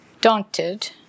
daunted